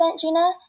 Gina